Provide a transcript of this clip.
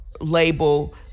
label